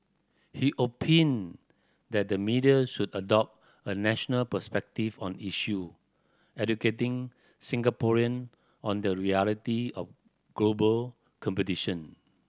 he opined that the media should adopt a national perspective on issue educating Singaporean on the reality of global competition